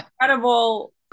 incredible